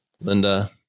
Linda